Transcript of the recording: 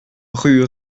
rue